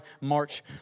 March